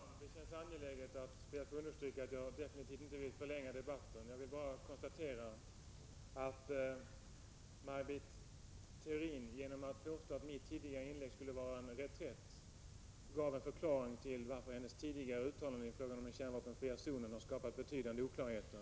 Herr talman! Det känns angeläget att understryka att jag absolut inte vill förlänga debatten. Jag vill bara konstatera att Maj Britt Theorin genom att påstå att mitt tidigare inlägg skulle vara en reträtt gav en förklaring till varför hennes tidigare uttalanden i frågan om den kärnvapenfria zonen har skapat betydande oklarheter.